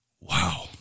Wow